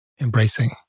embracing